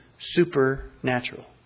supernatural